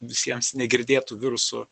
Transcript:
visiems negirdėtų virusų